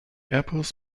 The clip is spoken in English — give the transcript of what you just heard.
apples